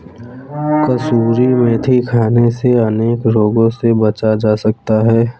कसूरी मेथी खाने से अनेक रोगों से बचा जा सकता है